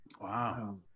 Wow